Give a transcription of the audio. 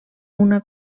una